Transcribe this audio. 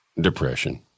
Depression